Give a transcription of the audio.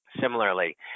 similarly